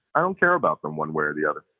i don't care about them one way or the other.